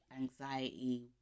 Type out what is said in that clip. anxiety